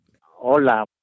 Hola